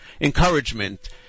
encouragement